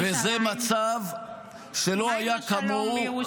וזה מצב שלא היה כמוהו --- ומה עם השלום בירושלים?